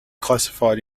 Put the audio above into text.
classified